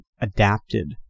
adapted